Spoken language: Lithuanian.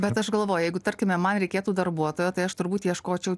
bet aš galvoju jeigu tarkime man reikėtų darbuotojo tai aš turbūt ieškočiau